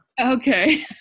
Okay